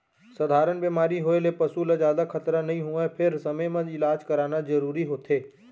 सधारन बेमारी होए ले पसू ल जादा खतरा नइ होवय फेर समे म इलाज कराना जरूरी होथे